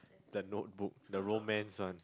the note book the romance one